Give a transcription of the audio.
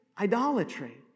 idolatry